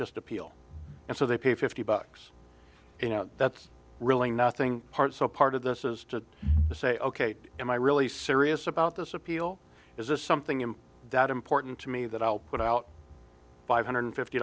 just appeal and so they pay fifty bucks you know that's really nothing part so part of this is to say ok am i really serious about this appeal is this something im that important to me that i'll put out five hundred fifty